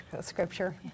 scripture